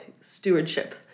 stewardship